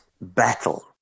battle